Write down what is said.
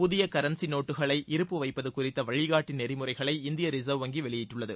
புதிய கரன்சி நோட்டுகளை இருப்பு வைப்பது குறித்த வழிகாட்டி நெறிமுறைகளை இந்திய ரிசர்வ் வங்கி வெளியிட்டுள்ளது